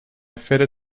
fitted